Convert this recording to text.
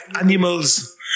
animals